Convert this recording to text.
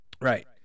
Right